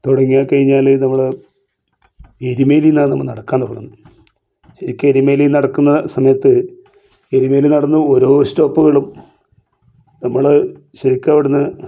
തുടങ്ങിയ കഴിഞ്ഞാല് നമ്മള് എരുമേലിന്നാണ് നമ്മള് നടക്കാൻ തുടങ്ങുന്നത് ശരിക്കും എരുമേലിന്ന് നടക്കുന്ന സമയത്ത് എരുമേലിന്ന് നടന്ന് ഓരോ സ്റ്റോപ്പുകളും നമ്മള് ശരിക്കും അവിടുന്ന്